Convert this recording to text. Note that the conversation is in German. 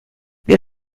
mir